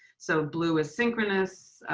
so blue is synchronous,